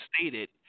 stated